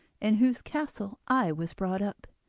in whose castle i was brought up.